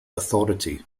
authority